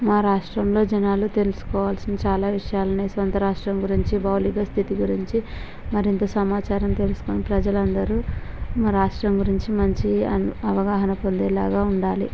మా రాష్ట్రంలో జనాలు తెలుసుకోవాల్సిన చాలా విషయాలు ఉన్నాయి సొంత రాష్ట్రం గురించి భౌగోళిక స్థితి గురించి మరింత సమాచారం తెలుసుకుని ప్రజలు అందరు మా రాష్ట్రం గురించి మంచి అవగాహన పొందేలాగా ఉండాలి